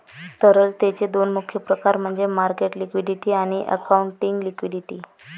तरलतेचे दोन मुख्य प्रकार म्हणजे मार्केट लिक्विडिटी आणि अकाउंटिंग लिक्विडिटी